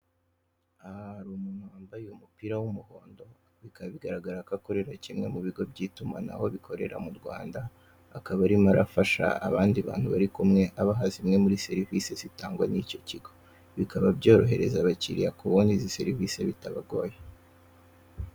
Aha hari umuntu wambaye umupira w'umuhondo, bikaba bigaragara ko akorera kimwe mu bigo by'itumanaho bikorera mu Rwanda, akaba arimo arasha abandi bantu bari kumwe, abaha zimwe muri serivisi zitangwa n'icyo kigo. Bikaba byorohereza abakiriya kubona izi serivisi bitabagoye.